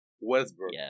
Westbrook